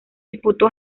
disputó